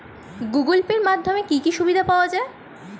Google Pay এর মাধ্যমে কি কি সুবিধা পাওয়া যায়?